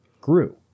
grew